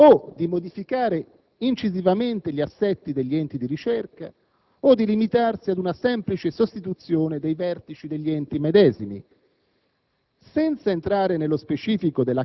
consente infatti al Governo o di modificare incisivamente gli assetti degli enti di ricerca o di limitarsi ad una semplice sostituzione dei vertici degli enti medesimi.